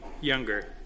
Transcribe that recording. younger